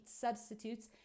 substitutes